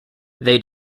they